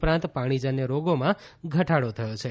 ઉપરાંત પાણીજન્ય રોગોમાં ઘટાડો થયો છે